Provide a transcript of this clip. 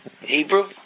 Hebrew